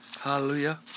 Hallelujah